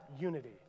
unity